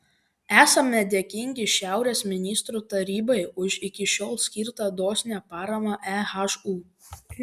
esame dėkingi šiaurės ministrų tarybai už iki šiol skirtą dosnią paramą ehu